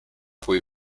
kui